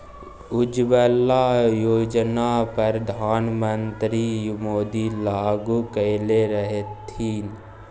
उज्जवला योजना परधान मन्त्री मोदी लागू कएने रहथिन